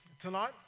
tonight